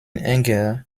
anger